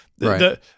Right